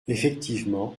effectivement